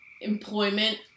employment